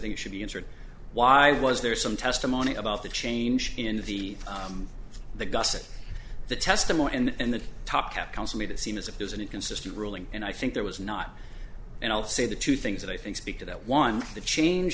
think should be answered why was there some testimony about the change in the the gusset the testimony and the top cap counsel made it seem as if there's an inconsistent ruling and i think there was not and i'll say the two things that i think speak to that one the change